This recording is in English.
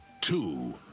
two